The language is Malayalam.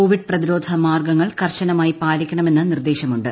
കോവിഡ് പ്രതിരോധ മാർഗങ്ങൾ കർശനമായി പാലിക്കണമെന്ന് നിർദേശമുണ്ട്